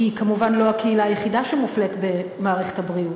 היא כמובן לא הקהילה היחידה שמופלית במערכת הבריאות,